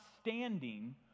standing